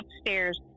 upstairs